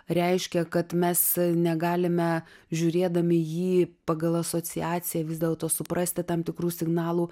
reiškia kad mes negalime žiūrėdami jį pagal asociaciją vis dėlto suprasti tam tikrų signalų